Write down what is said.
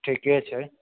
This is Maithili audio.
ठीके छै